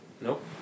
nope